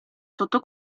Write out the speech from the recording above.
sotto